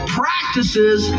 practices